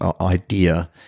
idea